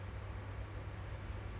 why you don't prefer